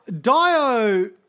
Dio